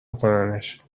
بکننش